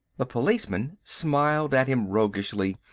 the policeman smiled at him roguishly,